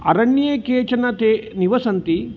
अरण्ये केचन ते निवसन्ति